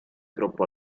troppo